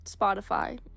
Spotify